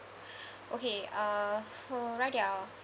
okay uh so radia